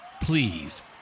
Please